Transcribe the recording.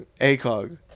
A-cog